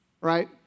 Right